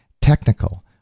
technical